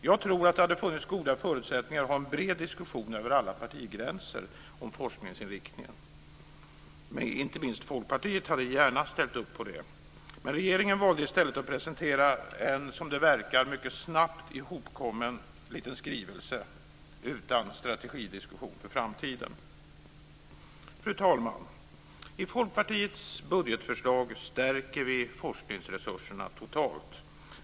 Jag tror att det hade funnits goda förutsättningar för att ha en bred diskussion över alla partigränser om forskningsinriktningen. Inte minst Folkpartiet hade gärna ställt upp på det. Men regeringen valde i stället att presentera en, som det verkar, mycket snabbt ihopkommen liten skrivelse utan strategidiskussion inför framtiden. Fru talman! I Folkpartiets budgetförslag stärker vi forskningsresurserna totalt.